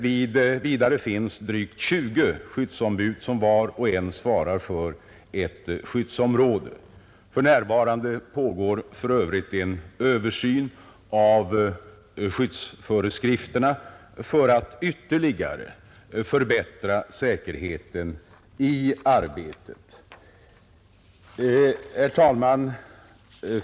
Vidare finns drygt 20 skyddsombud som vart och ett svarar för ett skyddsområde. För närvarande pågår för övrigt en översyn av skyddsföreskrifterna för att ytterligare förbättra säkerheten i arbetet. Herr talman!